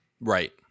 Right